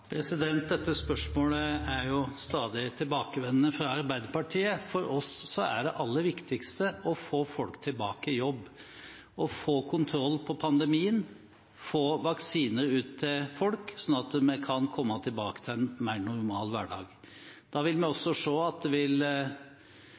Dette er et stadig tilbakevendende spørsmål fra Arbeiderpartiet. For oss er det aller viktigste å få folk tilbake i jobb, få kontroll på pandemien, få vaksiner ut til folk, sånn at vi kan komme tilbake til en mer normal hverdag. Da vil vi